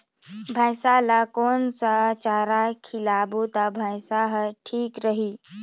भैसा ला कोन सा चारा खिलाबो ता भैंसा हर ठीक रही?